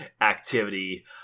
activity